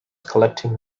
collecting